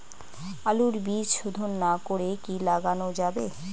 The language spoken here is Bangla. আলুর বীজ শোধন না করে কি লাগানো যাবে?